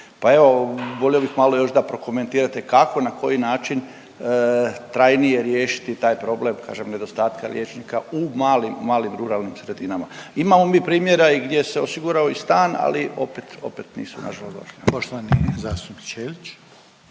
Pa evo volio bih malo još da prokomentirate kako na koji način trajnije riješiti taj problem kažem nedostatka liječnika u malim, malim ruralnim sredinama. Imamo mi primjera gdje se osigurao i stan, ali opet, opet nisu nažalost došli. **Reiner, Željko